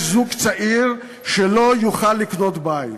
יש זוג צעיר שלא יוכל לקנות בית,